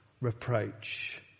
reproach